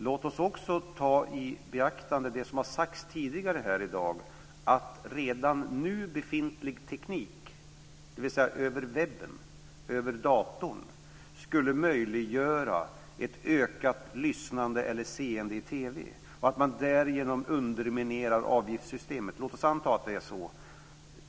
Låt oss också ta i beaktande det som har sagts tidigare i dag, att redan nu befintlig teknik, webben och datorn, skulle möjliggöra ett ökat lyssnande eller seende i TV, och att man därigenom underminerar avgiftssystemet. Låt oss anta att det är så.